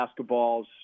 basketballs